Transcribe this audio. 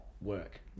work